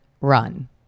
run